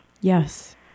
Yes